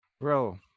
Bro